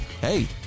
Hey